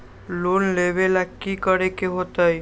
Loan लेवेला की करेके होतई?